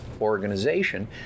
organization